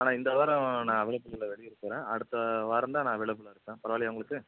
ஆனால் இந்த வாரம் நான் அவைலபுளாக இல்லை வெளியூர் போகிறேன் அடுத்த வாரம்தான் நான் அவைலபுளாக இருக்கேன் பரவாயில்லயா உங்களுக்கு